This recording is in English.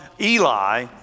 Eli